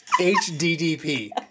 H-D-D-P